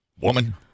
Woman